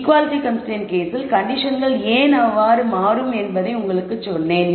equality constrained கேஸில் கண்டிஷன்கள் ஏன் அவ்வாரு மாறும் என்று உங்களுக்குச் சொன்னேன்